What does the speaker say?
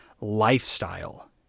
lifestyle